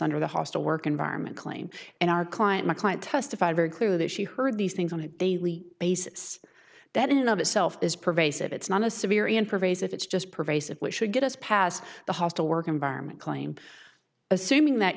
under the hostile work environment claim and our client my client testified very clearly that she heard these things on a daily basis that in of itself is pervasive it's not as severe in pervasive it's just pervasive which should get us past the hostile work environment claim assuming that